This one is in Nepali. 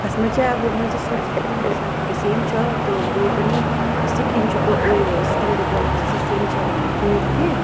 खासमा चाहिँ अब मैल चाहिँ सोचेको थिएँ मेरो साथीको सेम छ त्यो म पनि यस्तै किन्छु म क्वा उयो स्किनको क्वालिटी चाहिँ सेम छ भनेर किनेको थिएँ